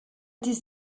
this